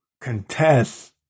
contest